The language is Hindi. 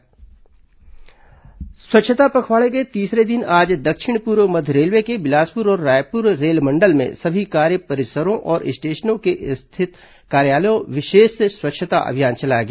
रेलवे स्वच्छता पखवाड़ा स्वच्छता पखवाड़े के तीसरे दिन आज दक्षिण पूर्व मध्य रेलवे के बिलासपुर और रायपुर रेलमंडल में सभी कार्य परिसरों और स्टेशनों में स्थित कार्यालयों विशेष स्वच्छता अभियान चलाया गया